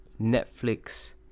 netflix